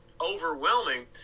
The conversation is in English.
overwhelming